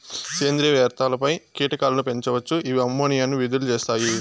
సేంద్రీయ వ్యర్థాలపై కీటకాలను పెంచవచ్చు, ఇవి అమ్మోనియాను విడుదల చేస్తాయి